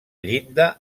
llinda